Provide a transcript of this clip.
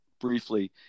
briefly